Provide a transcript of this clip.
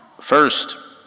First